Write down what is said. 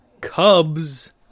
Cubs